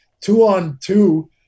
two-on-two